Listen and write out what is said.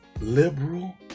liberal